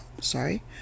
sorry